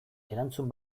erantzun